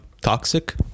toxic